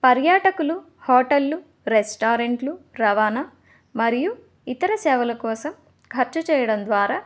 పర్యాటకులు హోటళ్లు రెస్టారెంట్లు రవాణా మరియు ఇతర సేవల కోసం ఖర్చు చేయడం ద్వారా